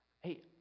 Hey